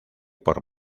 por